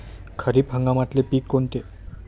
खरीप हंगामातले पिकं कोनते?